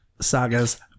sagas